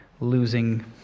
losing